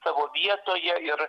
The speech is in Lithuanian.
savo vietoje ir